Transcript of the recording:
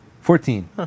Fourteen